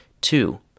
Two